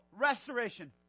restoration